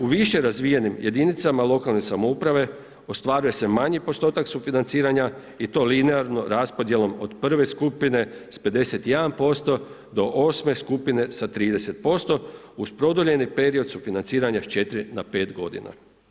U više razvijenim jedinicama lokalne samouprave ostvaruje se manji postotak sufinanciranja i to linearno rasponom od prve skupine s 51% do osme skupine sa 30% uz produljeni period sufinanciranja s 4 na 5 godina.